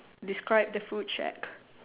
describe the food shack